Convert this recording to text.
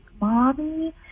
mommy